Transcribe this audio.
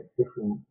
different